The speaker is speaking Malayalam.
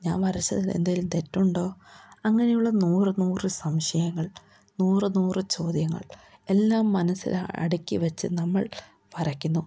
ഞാൻ വരച്ചതിലെന്തെങ്കിലും തെറ്റുണ്ടോ അങ്ങനെയുള്ള നൂറ് നൂറ് സംശയങ്ങൾ നൂറ് നൂറ് ചോദ്യങ്ങൾ എല്ലാം മനസ്സിൽ അടുക്കി വെച്ചു നമ്മൾ വരക്കുന്നു